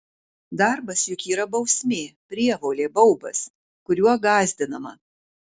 darbas juk yra bausmė prievolė baubas kuriuo gąsdinama